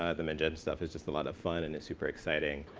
ah the magenta stuff is just a lot of fun and it's super exciting.